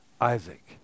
Isaac